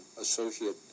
associate